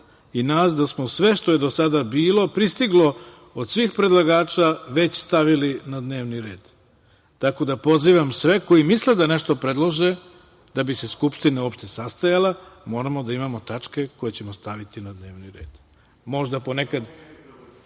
i nas da smo sve što je do sada bilo pristiglo od svih predlagača već stavili na dnevni red. Tako da pozivam sve koji misle da nešto predlože, da bi se Skupština uopšte sastajala, moramo da imamo tačke koje ćemo staviti na dnevni red. Možda po nekad